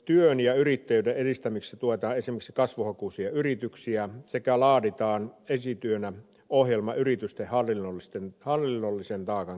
työn ja yrittäjyyden edistämiseksi tuetaan esimerkiksi kasvuhakuisia yrityksiä sekä laaditaan esityönä ohjelma yritysten hallinnollisen taakan keventämiseksi